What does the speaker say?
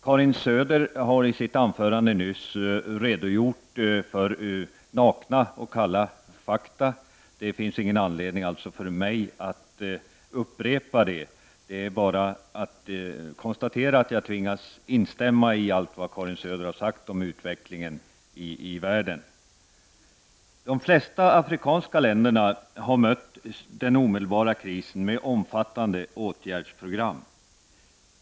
Karin Söder har i sitt anförande redogjort för nakna och kalla fakta, och det finns ingen anledning för mig att upprepa dem. Det är bara att konstatera att jag tvingas instämma i allt vad Karin Söder har sagt om utvecklingen i världen. De flesta afrikanska länderna har mött den omedelbara krisen med omfattande åtgärdsprogram.